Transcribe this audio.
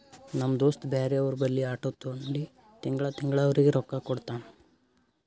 ನಮ್ ದೋಸ್ತ ಬ್ಯಾರೆ ಅವ್ರ ಬಲ್ಲಿ ಆಟೋ ತೊಂಡಿ ತಿಂಗಳಾ ತಿಂಗಳಾ ಅವ್ರಿಗ್ ರೊಕ್ಕಾ ಕೊಡ್ತಾನ್